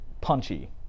punchy